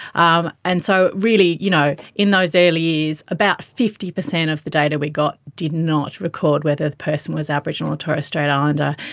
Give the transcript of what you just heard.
um and so really you know in those early years about fifty percent of the data we got did not record whether the person was aboriginal or torres strait islander.